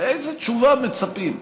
לאיזו תשובה מצפים?